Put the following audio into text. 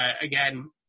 again